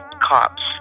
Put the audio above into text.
cops